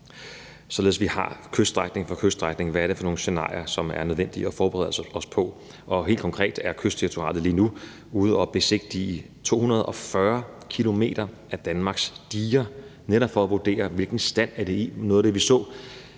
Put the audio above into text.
således at vi kyststrækning for kyststrækning har de scenarier, der er nødvendige for os at forberede os på. Helt konkret er Kystdirektoratet lige nu ude at besigtige 240 km af Danmarks diger – netop for at vurdere, hvilken stand de er i. Noget af det, vi så